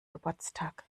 geburtstag